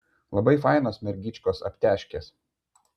labai fainos mergyčkos aptežkės